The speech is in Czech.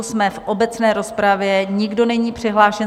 Jsme v obecné rozpravě, nikdo není přihlášen.